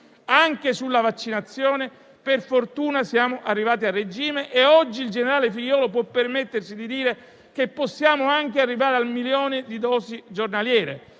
anche sulla vaccinazione, per fortuna siamo arrivati a regime e oggi il generale Figliuolo può permettersi di dire che possiamo anche arrivare al milione di dosi giornaliere.